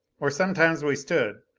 or sometimes we stood,